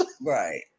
Right